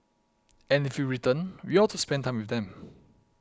and if we return we ought to spend time with them